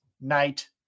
night